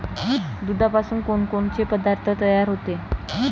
दुधापासून कोनकोनचे पदार्थ तयार होते?